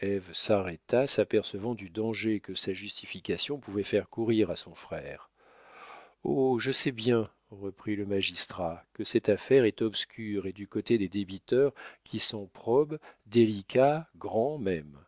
ève s'arrêta en s'apercevant du danger que sa justification pouvait faire courir à son frère oh je sais bien reprit le magistrat que cette affaire est obscure et du côté des débiteurs qui sont probes délicats grands même